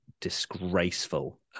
disgraceful